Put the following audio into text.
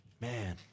man